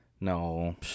no